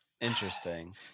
Interesting